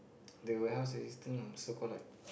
the warehouse assistant lah so call like